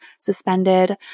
suspended